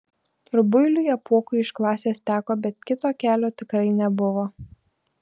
rubuiliui apuokui iš klasės teko bet kito kelio tikrai nebuvo